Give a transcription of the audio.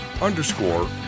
underscore